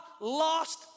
lost